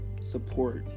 support